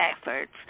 efforts